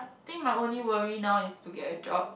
think my only worry now is to get a job